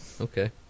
Okay